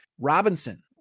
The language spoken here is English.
Robinson